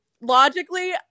logically